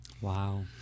Wow